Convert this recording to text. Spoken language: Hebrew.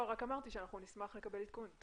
נשמח לקבל עדכון.